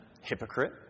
hypocrite